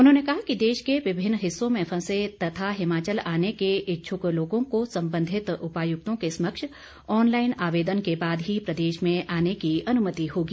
उन्होंने कहा कि देश के विभिन्न हिस्सो में फंसे तथा हिमाचल आने के इच्छुक लोगों को संबंधित उपायुक्तों के समक्ष ऑनलाईन आवेदन के बाद ही प्रदेश में आने की अनुमति होगी